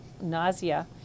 nausea